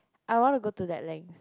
I would wanna go to that length